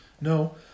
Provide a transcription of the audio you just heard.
No